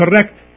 correct